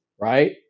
right